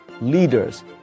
Leaders